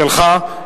שלך,